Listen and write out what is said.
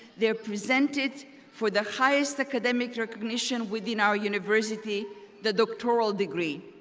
they are presented for the highest academic recognition within our university the doctoral degree.